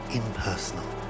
impersonal